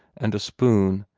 and a spoon,